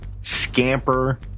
scamper